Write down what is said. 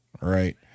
right